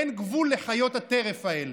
אין גבול לחיות הטרף האלה.